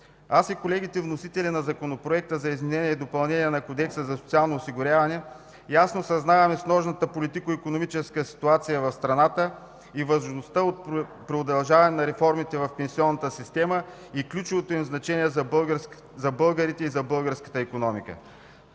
моите колеги – вносители на Законопроекта за изменение допълнение на Кодекса за социално осигуряване, ясно съзнаваме сложната политико-икономическа ситуация в страната, важността от продължаване на реформите в пенсионната система и ключовото им значение за българите и за българската икономика.